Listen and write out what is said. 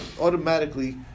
automatically